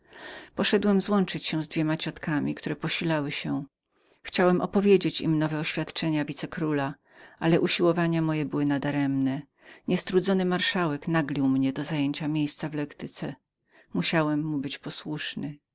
poszedłem złączyć się z dwoma ciotkami które posilały się chciałem opowiedzieć im nowe oświadczenia wicekróla ale usiłowania moje były nadaremne nielitościwy marszałek naglił mnie do zajęcia miejsca w lektyce musiałem mu być posłusznym